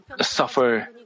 suffer